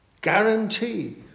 guarantee